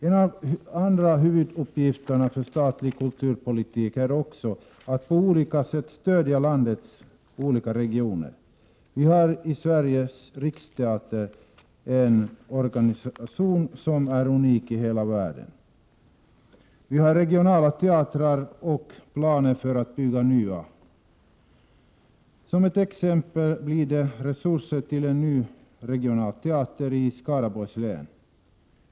En av huvuduppgifterna för statlig kulturpolitik är att på olika sätt stödja landets regioner. Vi har Svenska riksteatern, en organisation som är unik i hela världen. Vi har regionala teatrar och planer på att bygga nya. Som ett exempel kan jag nämna att det blir resurser till en ny regional teater i Skaraborgs län.